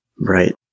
Right